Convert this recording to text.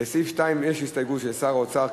לסעיף 2 יש הסתייגות של שר האוצר,